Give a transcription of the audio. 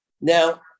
now